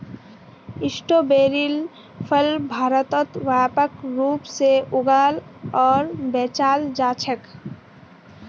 स्ट्रोबेरीर फल भारतत व्यापक रूप से उगाल आर बेचाल जा छेक